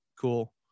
cool